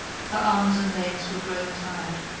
her arms and legs were growing tired.